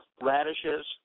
Radishes